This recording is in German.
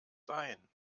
sein